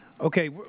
Okay